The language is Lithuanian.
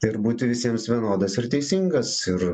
turi būti visiems vienodas ir teisingas ir